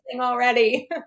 already